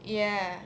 ya